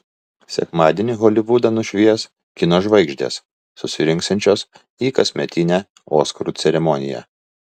sekmadienį holivudą nušvies kino žvaigždės susirinksiančios į kasmetinę oskarų ceremoniją